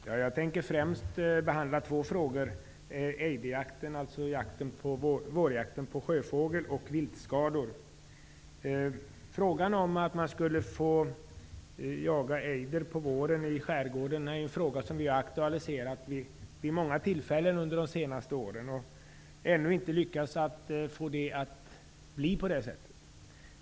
Herr talman! Jag skall främst behandla två frågor, nämligen ejderjakten, alltså vårjakten på sjöfågel, och viltskador. Frågan om att man skulle få jaga ejder i skärgården på våren är en fråga som vi har aktualiserat vid många tillfällen under de senaste åren och ännu inte lyckats få igenom.